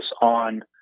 on